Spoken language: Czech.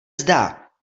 zdá